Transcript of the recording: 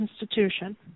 institution